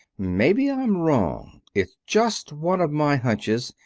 maybe i'm wrong. it's just one of my hunches.